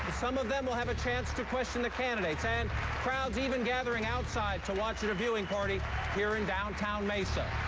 some of them will have a chance to question the candidates. and crowds even gathering outside to watch it at a viewing party here in downtown mesa.